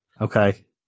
Okay